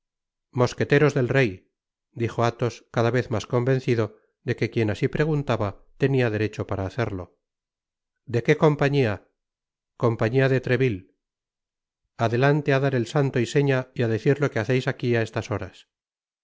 mosqueteros del rey dijo athos cada vez mas convencido de que quien así preguntaba tenia derecho para hacerlo de quécompañía compañía de treville adelante á dar el santo y seña y á decir lo que haceis aquí á estas horas